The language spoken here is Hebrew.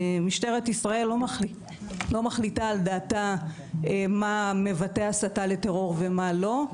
משטרת ישראל לא מחליטה על דעתה מה מבטא הסתה לטרור ומה לא,